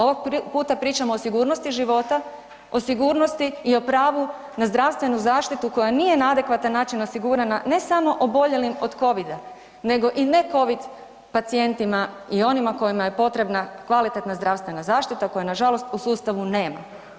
Ovog puta pričamo o sigurnosti života, o sigurnosti i o pravu na zdravstvenu zaštitu koja nije na adekvatan način osigurana ne samo oboljelim od covida, nego i ne covid pacijentima i onima kojima je potrebna kvalitetna zdravstvena zaštita koje nažalost u sustavu nema.